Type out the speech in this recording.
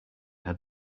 had